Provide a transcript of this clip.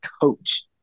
coach